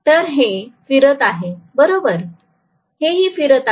तर हे फिरत आहे बरोबर हेही फिरत आहे